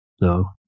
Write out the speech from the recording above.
No